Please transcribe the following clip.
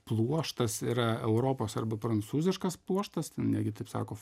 pluoštas yra europos arba prancūziškas puoštas ten net gi taip sako